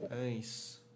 Nice